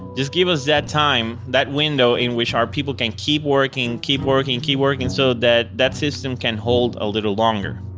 just give us that time, that window, in which our people can keep working, keep working, keep working so that that system can hold a little longer.